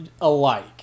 alike